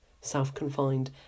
self-confined